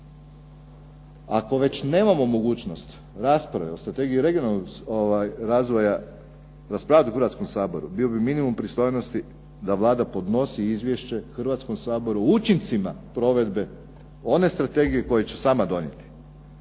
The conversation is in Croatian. ako već nemamo mogućnost rasprave o strategiji regionalnog razvoja raspravljati u Hrvatskom saboru bio bi minimum pristojnosti da Vlada podnosi izvješće Hrvatskom saboru učincima provedbe one strategije koje će sama donijeti.